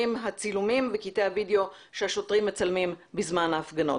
הצילומים וקטעי הווידאו שהשוטרים מצלמים בזמן ההפגנות.